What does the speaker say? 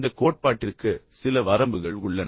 இந்தக் கோட்பாட்டிற்கு சில வரம்புகள் உள்ளன